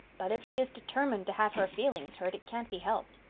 but if she is determined to have her feelings hurt it can't be helped.